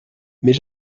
mais